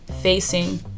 facing